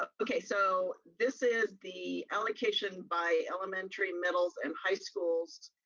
ah okay, so this is the allocation by elementary, middles and high schools,